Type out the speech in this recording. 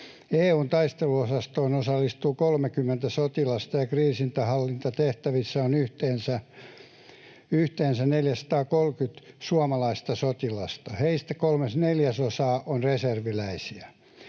EU:n taisteluosastoon osallistuu 30 sotilasta, ja kriisinhallintatehtävissä on yhteensä 430 suomalaista sotilasta. Heistä 3/4 on reserviläisiä.